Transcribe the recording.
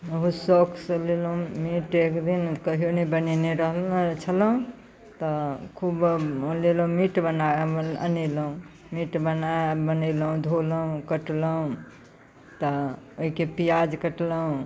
बहुत सौखसँ लेलहुँ मीट एकदिन कहिओ नहि बनेने रहलहुँ छलहुँ तऽ खूब लेलहुँ मीट बनेलहुँ मीट बना बनेलहुँ धोलहुँ कटलहुँ तऽ एहिके पिआज कटलहुँ